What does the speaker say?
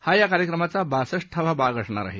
हा या कार्यक्रमाचा बासष्ठावा भाग असणार आहे